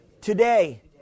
Today